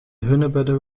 hunebedden